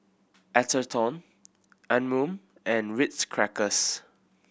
Atherton Anmum and Ritz Crackers